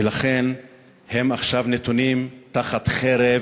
ולכן הם עכשיו נתונים תחת חרב